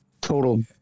total